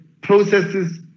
processes